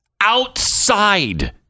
outside